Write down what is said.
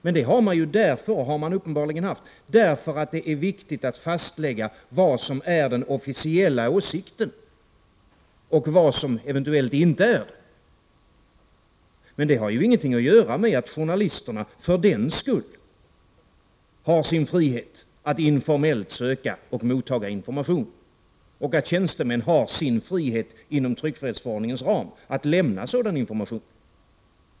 Men det har man — och det har man uppenbarligen haft — därför att det är viktigt att fastlägga vad som är den officiella åsikten och vad som eventuellt inte är det. Men det har ingenting att göra med att journalisterna för den skull har sin frihet att informellt söka och mottaga information och att tjänstemän har sin frihet inom tryckfrihetsförordningens ram att lämna sådan information.